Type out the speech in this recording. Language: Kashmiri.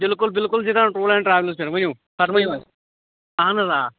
بِلکُل بِلکُل جِناب ٹوٗر اینٛڈ ٹرٛاولٕز پیٚٹھ ؤنِو فرمٲیو حظ اَہَن حظ آ